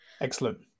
excellent